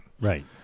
Right